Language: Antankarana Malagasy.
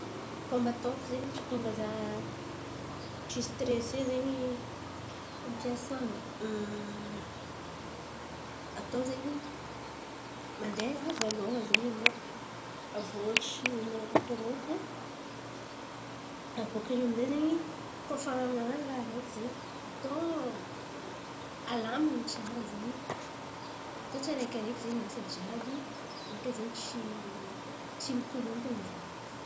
Fômba ataoko zen̈y tsy ahantônga za tsy sitirese zen̈y am-piasan̈a, atao zen̈y mandeha avy alôha zen̈y anao aviô tsy mirotoroto. Abôkaiô aminjay zen̈y koa fa man̈ano raha araiky zen̈y atao alamin̈y tsara zen̈y. Atao tsiaraikiaraiky zen̈y asa jiàby beka zen̈y tsy tsy mikorontan̈a zen̈y.